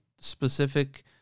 specific